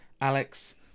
Alex